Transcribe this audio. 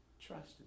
Trust